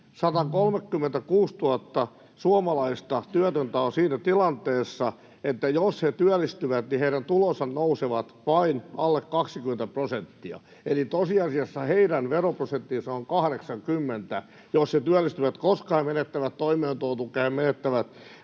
136 000 suomalaista työtöntä on siinä tilanteessa, että jos he työllistyvät, heidän tulonsa nousevat vain alle 20 prosenttia. Eli tosiasiassa heidän veroprosenttinsa on 80, jos he työllistyvät, koska he menettävät toimeentulotukea ja menettävät